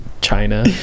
China